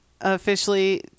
officially